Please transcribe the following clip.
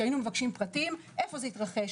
כשהיינו מבקשים פרטים איפה זה התרחש,